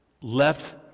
left